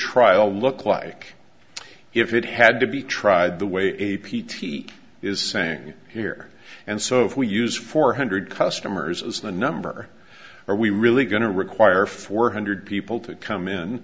trial look like if it had to be tried the way a p t is saying here and so if we use four hundred customers as the number are we really going to require four hundred people to come in